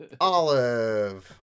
Olive